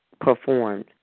performed